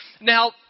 Now